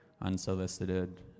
unsolicited